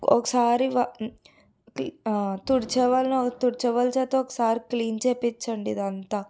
ఒకసారి తుడిచేవాళ్ళను తుడిచేవాళ్ళ చేత ఒకసారి క్లీన్ చేపిచ్చండి ఇదంతా